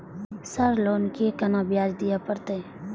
Sir loan के केना ब्याज दीये परतें?